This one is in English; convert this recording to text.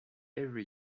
every